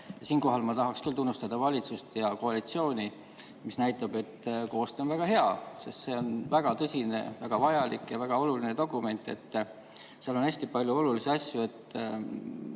Siinkohal ma tahaksin küll tunnustada valitsust ja koalitsiooni, mis näitab, et koostöö on väga hea, sest see on väga tõsine ja väga vajalik ja väga oluline dokument, seal on hästi palju olulisi asju.